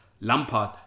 Lampard